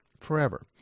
forever